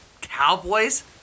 Cowboys